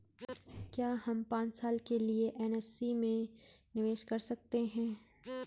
क्या हम पांच साल के लिए एन.एस.सी में निवेश कर सकते हैं?